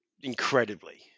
incredibly